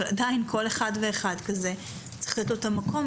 אבל עדיין כל אחד ואחד כזה צריך לתת לו את המקום,